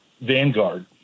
Vanguard